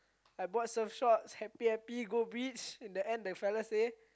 I bought surf shorts happy happy go beach in the end the feller say